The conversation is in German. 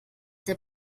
der